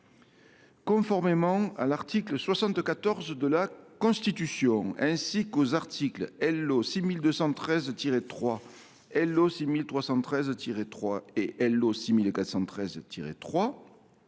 Conformément à l’article 74 de la Constitution ainsi qu’aux articles L.O. 6213 3, L.O. 6313 3 et L.O. 6413 3